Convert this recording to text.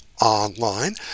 online